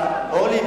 אורלי,